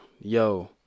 Yo